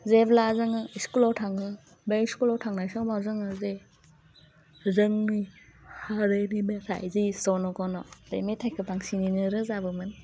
जेब्ला जोङो स्कुलाव थाङो बे स्कुलाव थांनाय समाव जोङो जे जोंनि हारिनि मेथाइ जि जन' गन' बे मेथाइखौ बांसिनैनो रोजाबोमोन